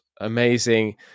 amazing